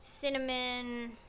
cinnamon